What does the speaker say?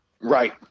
right